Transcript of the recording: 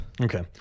Okay